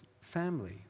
family